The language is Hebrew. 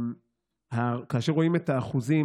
כאשר רואים את האחוזים,